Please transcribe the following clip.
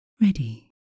ready